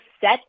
set